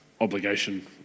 obligation